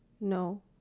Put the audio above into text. No